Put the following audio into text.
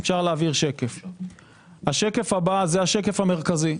השקף הבא הוא השקף המרכזי.